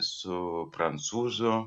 su prancūzu